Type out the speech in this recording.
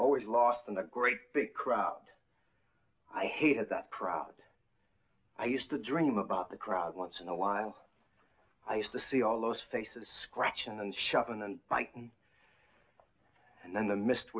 always lost in a great big crowd i hated that crowd i used to dream about the crowd once in a while i used to see all those faces scratching and shuffling and and then the mist